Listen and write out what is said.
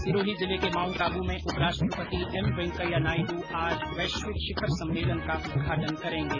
सिरोही जिले के माउंटआबू में उपराष्ट्रपति एम वेंकैया नायडु आज वैश्विक शिखर सम्मेलन का उद्घाटन करेंगे